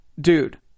dude